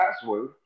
password